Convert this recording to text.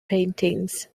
paintings